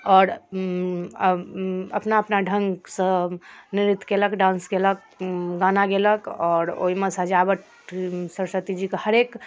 आओर अपना अपना ढंगसँ नृत्य केलक डान्स केलक गाना गेलक आओर ओहिमे सजावट सरस्वती जी के हरेक